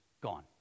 gone